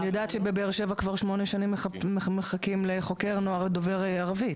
אני יודעת שבבאר שבע כבר שמונה שנים מחכים לחוקר נוער דובר ערבית.